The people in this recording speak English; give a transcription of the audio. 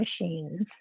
machines